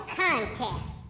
contest